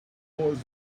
voice